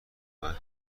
باید